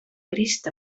crist